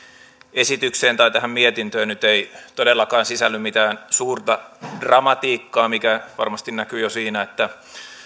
esitykseen tai tähän mietintöön nyt ei todellakaan sisälly mitään suurta dramatiikkaa mikä varmasti näkyy jo siinä että